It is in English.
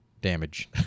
damage